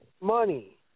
money